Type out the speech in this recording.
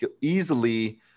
easily